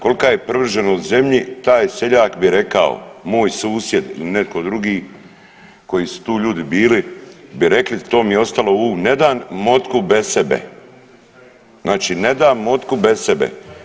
Kolika je privrženost zemlji taj seljak bi rekao moj susjed ili netko drugi koji su tu ljudi bili bi rekli to mi je ostalo ovu ne dan motku bez sebe, znači ne dam motiku bez sebe.